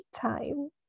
time